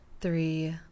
three